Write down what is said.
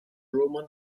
roman